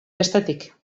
bestetik